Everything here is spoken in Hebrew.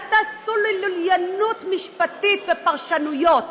אל תעשו לי לוליינות משפטית ופרשנויות.